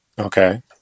Okay